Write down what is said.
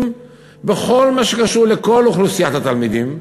בכל מה שקשור לכל אוכלוסיית התלמידים,